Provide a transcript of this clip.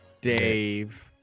dave